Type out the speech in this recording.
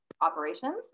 operations